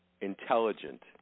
intelligent